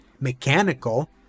mechanical